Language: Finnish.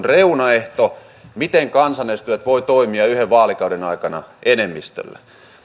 reunaehto miten kansanedustajat voivat toimia yhden vaalikauden aikana enemmistöllä